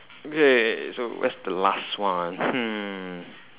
okay so where's the last one hmm